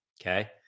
okay